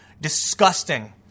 disgusting